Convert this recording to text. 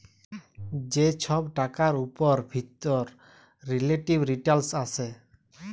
যে ছব টাকার উপর ফিরত রিলেটিভ রিটারল্স আসে